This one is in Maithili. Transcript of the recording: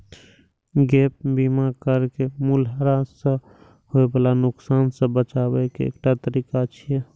गैप बीमा कार के मूल्यह्रास सं होय बला नुकसान सं बचाबै के एकटा तरीका छियै